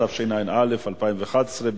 התשע"א 2011,